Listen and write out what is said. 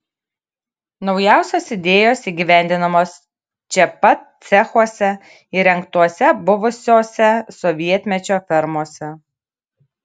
naujausios idėjos įgyvendinamos čia pat cechuose įrengtuose buvusiose sovietmečio fermose